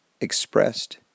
expressed